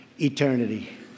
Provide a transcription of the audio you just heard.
eternity